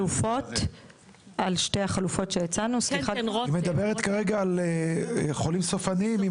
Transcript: היא מדברת כרגע על חולים סופניים.